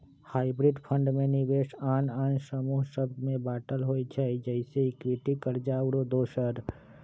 hybrid fund में निवेश आन आन समूह सभ में बाटल होइ छइ जइसे इक्विटी, कर्जा आउरो दोसर